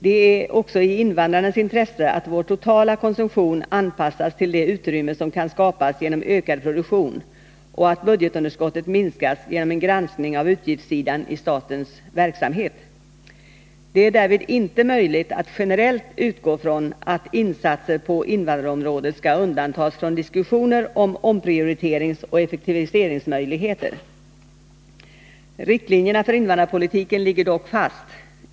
Det är även i invandrarnas intresse att vår totala konsumtion anpassas till det utrymme som kan skapas genom ökad produktion och att budgetunderskottet minskas genom en granskning av utgiftssidan i statens verksamhet. Det är därvid inte möjligt att generellt utgå från att insatser på invandrarområdet skall undantas från diskussioner om omprioriteringsoch effektiviseringsmöjligheter. Riktlinjerna för invandrarpolitiken ligger dock fast.